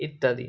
ইত্যাদি